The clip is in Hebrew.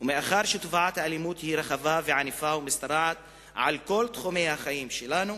מאחר שתופעת האלימות היא רחבה וענפה ומשתרעת על כל תחומי החיים שלנו,